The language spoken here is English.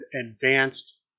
advanced